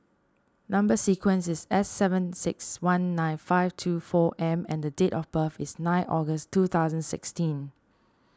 Number Sequence is S seven six one nine five two four M and the date of birth is nine August two thousand sixteen